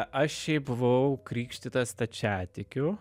aš šiaip buvau krikštytas stačiatikiu